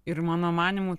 ir mano manymu